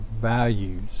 values